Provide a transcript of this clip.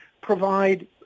provide